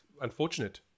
unfortunate